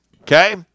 okay